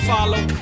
Follow